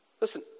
Listen